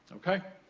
okay?